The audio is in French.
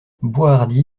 boishardy